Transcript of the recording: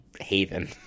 Haven